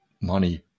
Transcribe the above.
money